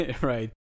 Right